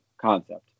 concept